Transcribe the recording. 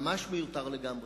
ממש מיותר לגמרי.